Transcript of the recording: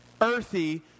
earthy